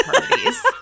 parties